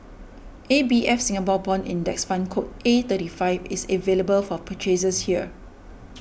A B F Singapore Bond Index Fund code A thirty five is available for purchase here